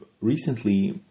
recently